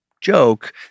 joke